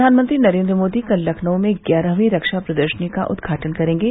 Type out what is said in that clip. प्रधानमंत्री नरेन्द्र मोदी कल लखनऊ में ग्यारहवीं रक्षा प्रदर्शनी का उद्घाटन करेंगे